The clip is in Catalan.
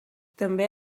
també